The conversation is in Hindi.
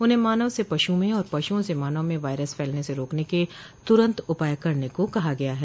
उन्हें मानव से पशुओं में और पशुओं से मानव में वायरस फैलने से रोकने के तुरंत उपाय करने को कहा गया है